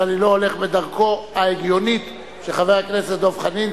אני לא הולך בדרכו ההגיונית של חבר הכנסת דב חנין,